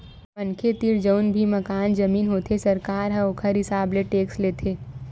मनखे तीर जउन भी मकान, जमीन होथे सरकार ह ओखर हिसाब ले टेक्स लेथे